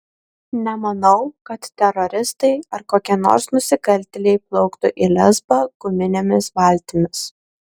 nemanau kad teroristai ar kokie nors nusikaltėliai plauktų į lesbą guminėmis valtimis